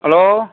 hello